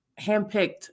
handpicked